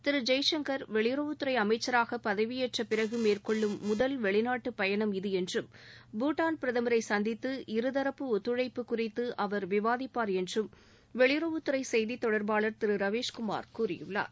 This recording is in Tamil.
திரு ஜெய்சங்கர் வெளியுறவுத்துறை அமைச்சராக பதவியேற்றபிறகு மேற்கொள்ளும் முதல் வெளிநாட்டு பயணம் இது என்றம் பூட்டாள் பிரதமரை சந்தித்து இருதரப்பு ஒத்துழைப்பு குறித்து அவர் விவாதிப்பார் என்றும் வெளியறவுத்துறை செய்தி தொடர்பாளர் திரு ரவீஸ்குமார் கூறியுள்ளார்